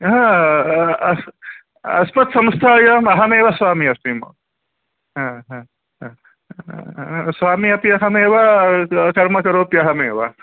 हा अस् अस्मत् संस्थायां अहमेव स्वामी अस्मि म ह ह ह ह स्वामी अपि अहमेव कर्मकरोप्यहमेव